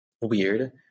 weird